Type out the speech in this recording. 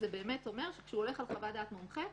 זה אומר שכשהוא הולך על חוות דעת מומחה,